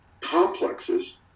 complexes